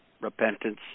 repentance